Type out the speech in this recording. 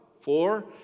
Four